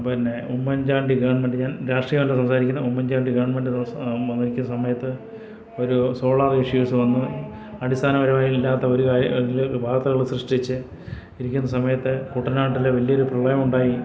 പിന്നെ ഉമ്മൻ ചാണ്ടി ഗവൺമെൻറ്റിനും രാഷ്ട്രീയമായിട്ട് സംസാരിക്കുന്ന ഉമ്മൻചാണ്ടി ഗവൺമെൻറ്റ് ഭരിക്കുന്ന സമയത്ത് ഒരു സോളാർ ഇഷ്യൂസ് വന്ന് അടിസ്ഥാനപരമില്ലാത്ത ഒരു കാര്യം വാർത്തകൾ സൃഷ്ടിച്ച് ഇരിക്കുന്ന സമയത്ത് കുട്ടനാട്ടിൽ വലിയൊരു പ്രളയമുണ്ടായി